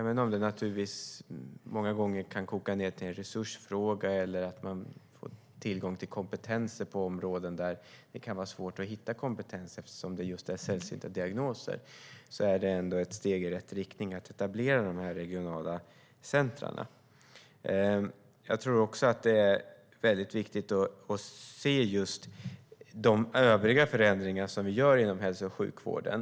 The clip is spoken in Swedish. Det kan många gånger koka ned till att vara en resursfråga eller till att man inte har tillgång till kompetenser på områden där det kan vara svårt att hitta, just eftersom det handlar om sällsynta diagnoser. Men att etablera de regionala centrumen är ändå ett steg i rätt riktning. Jag tror också att det är viktigt att se de övriga förändringarna som vi gör inom hälso och sjukvården.